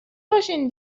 باشین